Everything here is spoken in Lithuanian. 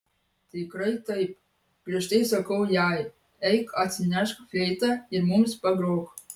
tikrai taip griežtai sakau jai eik atsinešk fleitą ir mums pagrok